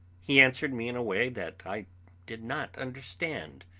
he answered me in a way that i did not understand,